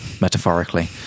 metaphorically